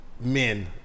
men